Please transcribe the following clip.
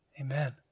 Amen